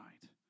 tonight